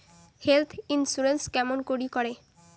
Health insurance কেমন করি করে?